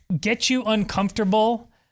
get-you-uncomfortable